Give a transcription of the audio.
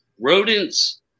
Rodents